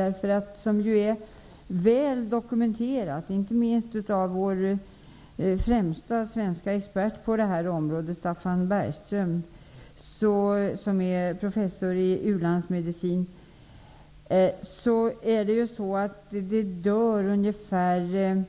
Det är väl dokumenterat, inte minst av vår främste svenske expert på det här området, Staffan Bergström, som är professor i u-landsmedicin, att ungefär